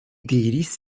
diris